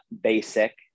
basic